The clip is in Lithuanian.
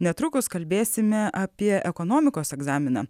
netrukus kalbėsime apie ekonomikos egzaminą